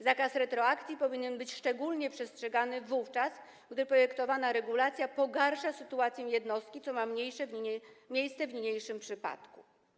Zakaz retroakcji powinien być szczególnie przestrzegany wówczas, gdy projektowana regulacja pogarsza sytuację jednostki, co ma miejsce w niniejszym przypadku.